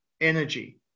energy